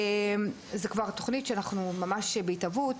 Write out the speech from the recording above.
זאת כבר תוכנית בהתהוות,